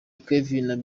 kevin